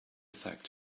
fact